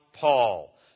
Paul